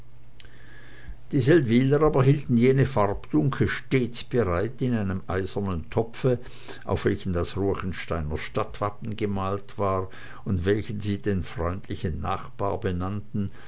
die seldwyler aber hielten jene farbtunke stets bereit in einem eisernen topfe auf welchen das ruechensteiner stadtwappen gemalt war und welchen sie den freundlichen nachbar benannten